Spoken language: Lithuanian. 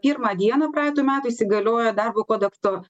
pirmą dieną praeitų metų įsigaliojo darbo kodekso